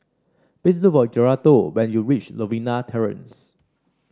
please look for Geraldo when you reach Novena Terrace